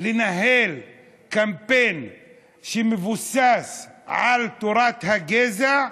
לנהל קמפיין שמבוסס על תורת הגזע,